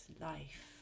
life